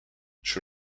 she